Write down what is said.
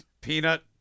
Peanut